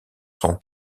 son